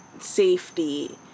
safety